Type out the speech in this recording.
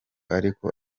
ariko